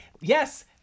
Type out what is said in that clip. yes